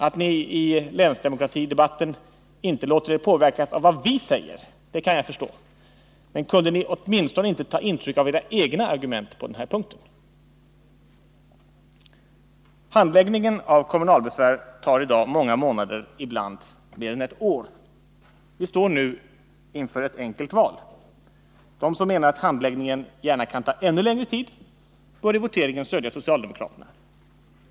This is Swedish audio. Att ni i länsdemokratidebatten inte låter er påverkas av vad vi säger kan jag förstå. Men kunde ni åtminstone inte ta intryck av era egna argument på den här punkten? Handläggningen av kommunalbesvär tar i dag många månader, ibland mer än ett år. Vi står nu inför ett enkelt val: De som menar att handläggningen gärna kan ta ännu längre tid bör i voteringen stödja socialdemokraterna.